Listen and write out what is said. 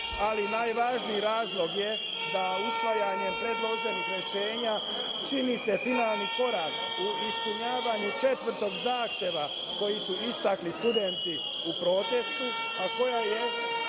Najvažniji razlog je da usvajanjem predloženih rešenja čini se finalni korak u ispunjavanju četvrtog zahteva koji su istakli studenti u protestu, a koja je